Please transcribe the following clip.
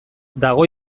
dago